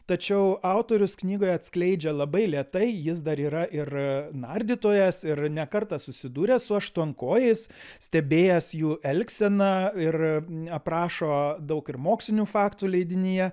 tačiau autorius knygoje atskleidžia labai lėtai jis dar yra ir nardytojas ir ne kartą susidūręs su aštuonkojais stebėjęs jų elgseną ir aprašo daug ir mokslinių faktų leidinyje